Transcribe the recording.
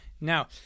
Now